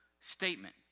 statement